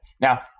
Now